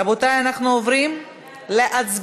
רבותי, אנחנו עוברים להצבעה.